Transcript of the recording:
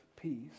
Peace